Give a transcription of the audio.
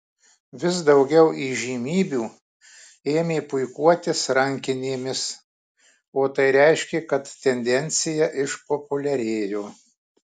vis daugiau įžymybių ėmė puikuotis rankinėmis o tai reiškė kad tendencija išpopuliarėjo